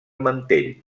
mantell